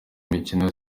mikino